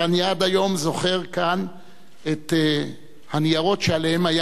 ואני עד היום זוכר כאן את הניירות שעליהם היה